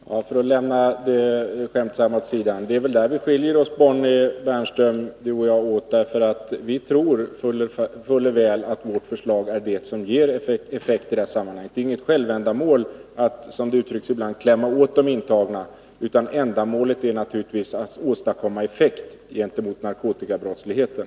Herr talman! För att lämna det skämtsamma åt sidan — det är väl i det sista som sades som vi skiljer oss åt, Bonnie Bernström och jag. Vi tror fullt och fast att vårt förslag är det som ger effekt. Det är inget självändamål att som det ibland uttrycks, ”klämma åt” de intagna, utan ändamålet är naturligtvis att åstadkomma effekt gentemot narkotikabrottsligheten.